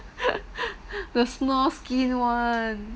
the snowskin [one]